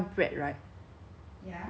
at JEM there the